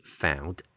found